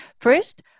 first